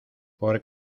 por